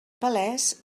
palès